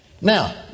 Now